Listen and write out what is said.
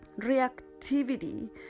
reactivity